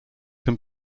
can